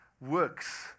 works